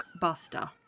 buster